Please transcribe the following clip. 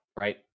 right